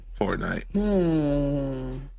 Fortnite